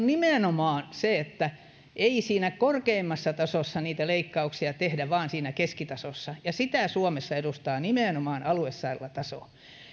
nimenomaan se että ei siinä korkeimmassa tasossa niitä leikkauksia tehdä vaan siinä keskitasossa ja sitä suomessa edustaa nimenomaan aluesairaalataso